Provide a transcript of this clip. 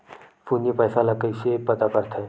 शून्य पईसा ला कइसे पता करथे?